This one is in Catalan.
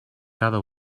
cada